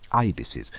ibises,